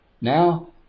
Now